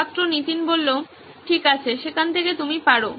ছাত্র নীতিন ঠিক আছে সেখান থেকে তুমি পারো